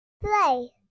Play